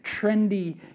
trendy